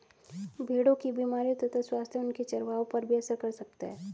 भेड़ों की बीमारियों तथा स्वास्थ्य उनके चरवाहों पर भी असर कर सकता है